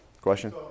Question